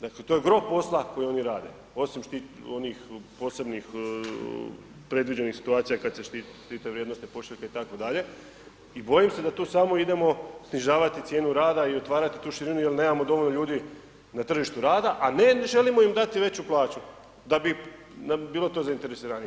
Dakle to je gro posla koji oni rade, onim onih posebnih predviđenih situacija kad se štite vrijednosne pošiljke, itd. i bojim se da tu samo idemo snižavati cijenu rada i otvarati tu širinu jer nemamo dovoljno ljudi na tržištu rada, a ne želimo im dati veću plaću da bi bilo to zainteresiranije.